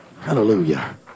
hallelujah